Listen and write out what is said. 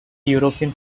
european